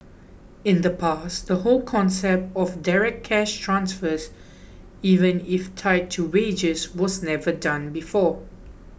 in the past the whole concept of direct cash transfers even if tied to wages was never done before